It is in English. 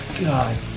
God